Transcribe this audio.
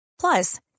Plus